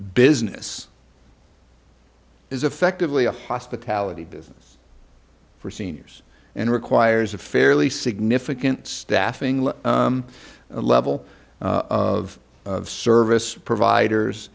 business is effectively a hospitality business for seniors and requires a fairly significant staffing level a level of service providers